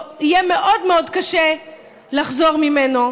או יהיה מאוד מאוד קשה לחזור ממנו,